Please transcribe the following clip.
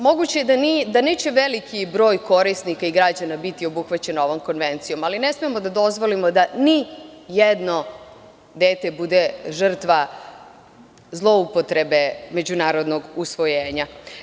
Moguće je da neće veliki broj korisnika i građana biti obuhvaćen ovom konvencijom, ali ne smemo da dozvolimo da nijedno dete bude žrtva zloupotrebe međunarodnog usvojenja.